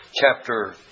chapter